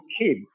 kid